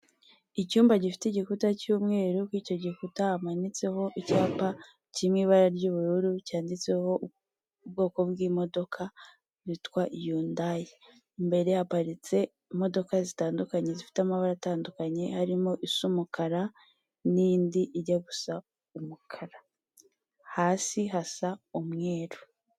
Icyumba gifite igikuta cy'umweru, kuri icyo gikuta hamanitseho icyapa kiri mu ibara ry'ubururu cyanditseho ubwoko bw'imodoka bwitwa yundayi , imbere haparitse imodoka zitandukanye zifite amabara atandukanye harimo iy'umukara n'indi ijya gusa umukara hasi hasa umweru.